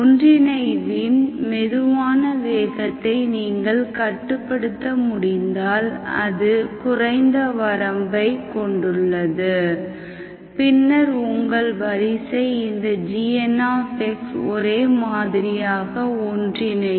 ஒன்றிணைவின் மெதுவான வேகத்தை நீங்கள் கட்டுப்படுத்த முடிந்தால் அது குறைந்த வரம்பைக் கொண்டுள்ளது பின்னர் உங்கள் வரிசை இந்த gnx ஒரே மாதிரியாக ஒன்றிணையும்